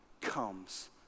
comes